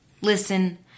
Listen